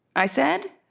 i said